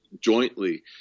jointly